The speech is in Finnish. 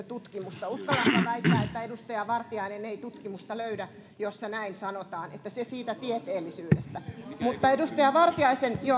tutkimusta uskallanpa väittää että edustaja vartiainen ei tutkimusta löydä jossa näin sanotaan niin että se siitä tieteellisyydestä mutta edustaja vartiaisen